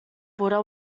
buddha